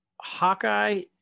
Hawkeye